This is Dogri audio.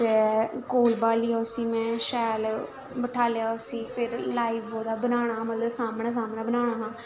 ते कोल ब्हालियै उस्सी में शैल बठालेआ उस्सी फिर लाइव ओह्दा बनाना हा मतलब सामनै सामनै बनाना हा